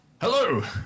Hello